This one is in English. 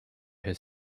his